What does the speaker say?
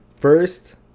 First